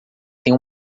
têm